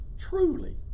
truly